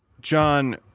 John